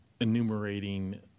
enumerating